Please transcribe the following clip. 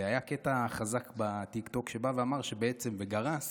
והיה קטע חזק בטיקטוק שאמר וגרס